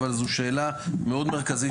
אבל זו שאלה מאוד מרכזית